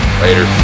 later